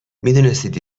میدونستید